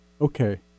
Okay